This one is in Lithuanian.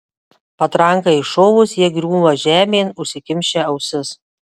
patrankai iššovus jie griūva žemėn užsikimšę ausis